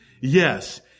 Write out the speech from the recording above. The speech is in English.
Yes